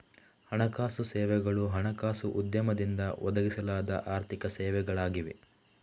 ಹಣಕಾಸು ಸೇವೆಗಳು ಹಣಕಾಸು ಉದ್ಯಮದಿಂದ ಒದಗಿಸಲಾದ ಆರ್ಥಿಕ ಸೇವೆಗಳಾಗಿವೆ